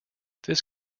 this